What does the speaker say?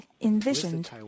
envisioned